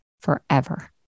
forever